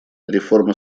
реформа